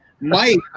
Mike